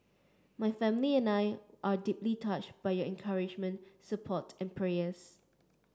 my family and I are deeply touched by your encouragement support and prayers